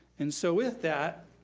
and so with that